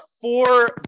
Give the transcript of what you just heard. four